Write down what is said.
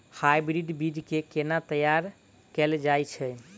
Hybrid बीज केँ केना तैयार कैल जाय छै?